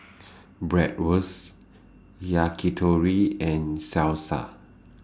Bratwurst Yakitori and Salsa